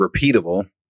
repeatable